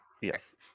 Yes